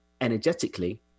energetically